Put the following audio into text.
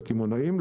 הקמעונאים,